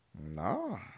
no